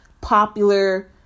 popular